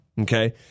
Okay